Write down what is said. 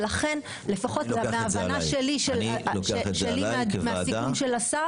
ולכן לפחות בהבנה שלי, מהסיכום של השר.